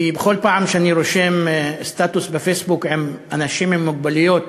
כי בכל פעם שאני רושם סטטוס בפייסבוק עם "אנשים עם מוגבלויות"